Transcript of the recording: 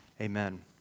amen